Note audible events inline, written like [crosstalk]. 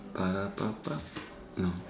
[noise] no